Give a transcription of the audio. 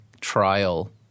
trial